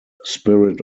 spirit